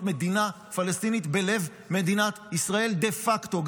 מדינה פלסטינית בלב מדינת ישראל דה פקטו,